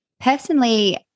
Personally